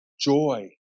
Joy